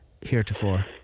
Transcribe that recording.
heretofore